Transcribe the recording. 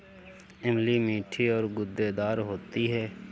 इमली मीठी और गूदेदार होती है